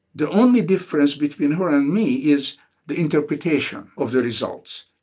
the only difference between her and me is the interpretation of the results.